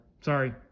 sorry